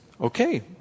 okay